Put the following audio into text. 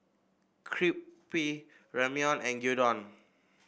Ramyeon and Gyudon